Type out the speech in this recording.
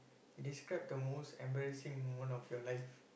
describe the most embarrassing moment of your life